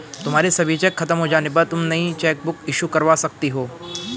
तुम्हारे सभी चेक खत्म हो जाने पर तुम नई चेकबुक इशू करवा सकती हो